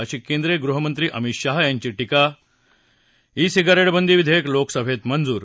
अशी केंद्रीय गृहमंत्री अमित शहा यांची टीका ई सिगारेट बंदी विधेयक लोकसभेत मंजूर